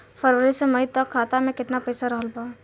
फरवरी से मई तक खाता में केतना पईसा रहल ह?